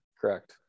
Correct